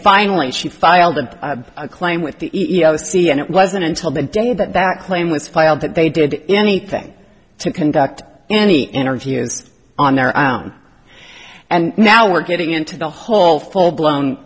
finally she filed a claim with the e e o c and it wasn't until the day that that claim was filed that they did anything to conduct any interviews on their own and now we're getting into the whole full blown